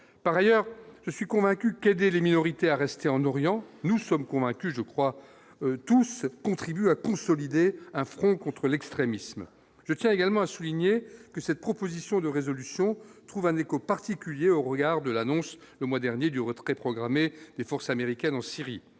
par ailleurs, je suis convaincu qu'aider les minorités à rester en Orient, nous sommes convaincus, je crois, tous contribuent à consolider un front contre l'extrémisme je tiens également à souligner que cette proposition de résolution trouve un écho particulier au regard de l'annonce le mois dernier du retrait programmé des forces américaines en Syrie,